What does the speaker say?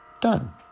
Done